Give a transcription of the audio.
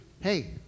Hey